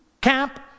camp